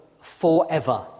forever